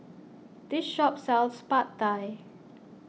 this shop sells Pad Thai